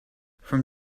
from